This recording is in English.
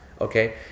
Okay